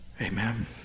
Amen